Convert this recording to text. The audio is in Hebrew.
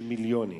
של מיליונים.